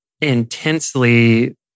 intensely